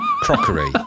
Crockery